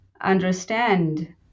understand